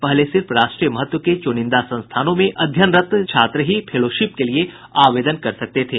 पहले सिर्फ राष्ट्रीय महत्व के चुनिंदा संस्थानों में अध्ययनरत छात्र ही फेलोशिप के लिए आवेदन कर सकते थे